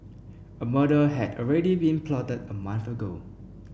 a murder had already been plotted a month ago